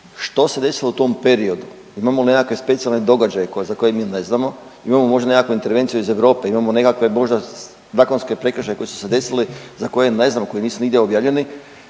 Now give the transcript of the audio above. Što se desilo u tom periodu, imamo li nekakve specijalne događaje za koje mi ne znamo, imamo možda nekakvu intervenciju iz Europe, imamo možda nekakve zakonske prekršaje koji su se desili za koje ne znamo koji nisu nigdje objavljeni